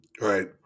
Right